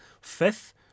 Fifth